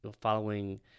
following